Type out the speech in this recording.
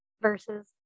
versus